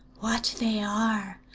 what they are.